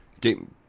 game